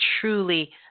truly